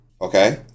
okay